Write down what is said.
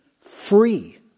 free